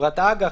חברת אג"ח,